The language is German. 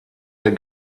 der